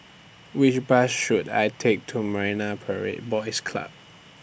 Which Bus should I Take to Marine Parade Boys Club